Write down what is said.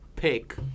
pick